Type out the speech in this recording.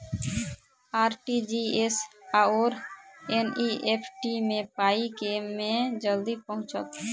RTGS आओर NEFT मे पाई केँ मे जल्दी पहुँचत?